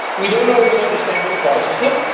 we don't always understand what causes them.